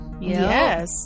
Yes